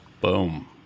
Boom